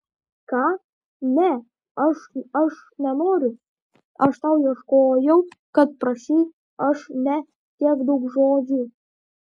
ką ne aš aš nenoriu aš tau ieškojau kad prašei aš ne tiek daug žodžių